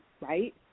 right